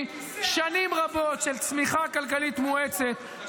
שנים רבות של צמיחה כלכלית מואצת,